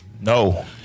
No